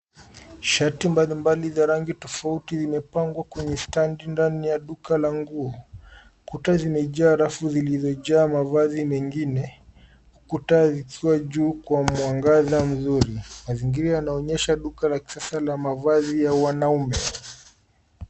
Shati mbalimbali za rangi tofouti zimepangwa kwenye standi ndani ya duka la nguo kuta zimejaa rafu zilizojaa mavazi mengine kutazwa juu kwa mwangaza nzuri. Mazingira yanaonyesha duka la kisasa la mavazi ya wanaume.